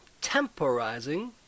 temporizing